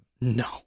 No